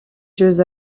jeux